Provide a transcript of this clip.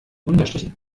unterstrichen